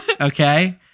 Okay